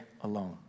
alone